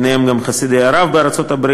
ביניהם גם חסידי הרב בארצות-הברית,